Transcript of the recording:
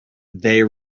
they